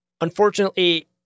Unfortunately